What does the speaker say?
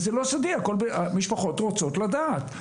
משפחות רוצות לדעת.